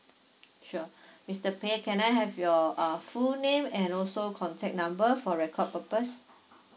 sure mister peh can I have your uh full name and also contact number for record purpose